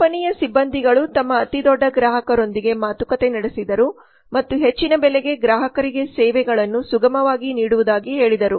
ಕಂಪನಿಯ ಸಿಬ್ಬಂದಿಗಳು ತಮ್ಮ ಅತಿದೊಡ್ಡ ಗ್ರಾಹಕರೊಂದಿಗೆ ಮಾತುಕತೆ ನಡೆಸಿದರು ಮತ್ತು ಹೆಚ್ಚಿನ ಬೆಲೆಗೆ ಗ್ರಾಹಕರಿಗೆ ಸೇವೆಗಳನ್ನು ಸುಗಮವಾಗಿ ನೀಡುವುದಾಗಿ ಹೇಳಿದರು